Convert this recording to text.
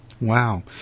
Wow